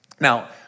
Now